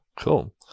Cool